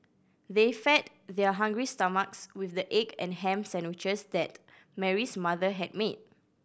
they fed their hungry stomachs with the egg and ham sandwiches that Mary's mother had made